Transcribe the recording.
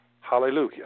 hallelujah